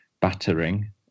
battering